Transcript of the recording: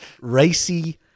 racy